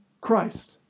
Christ